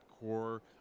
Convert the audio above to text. core